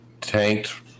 tanked